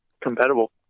compatible